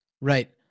Right